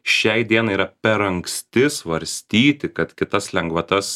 šiai dienai yra per anksti svarstyti kad kitas lengvatas